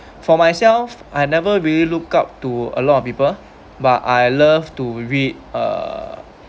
for myself I never really looked up to a lot of people but I love to read uh